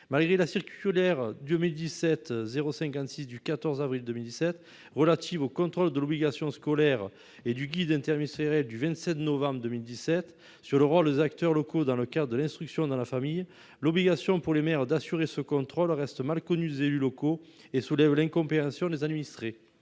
de la circulaire n° 2017-056 du 14 avril 2017 relative au contrôle de l'obligation scolaire et du guide interministériel du 27 novembre 2017 sur le rôle des acteurs locaux dans le cadre de l'instruction dans la famille, l'obligation pour les maires d'assurer ce contrôle reste mal connue des élus locaux et soulève l'incompréhension des administrés.